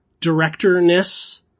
directorness